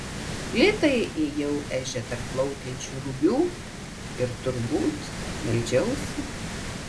lėtai ėjau ežia tarp plaukiančių rugių ir turbūt meldžiausi